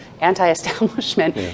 anti-establishment